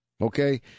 Okay